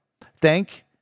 Thank